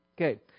Okay